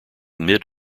mid